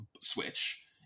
switch